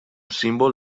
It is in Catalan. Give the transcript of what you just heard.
símbol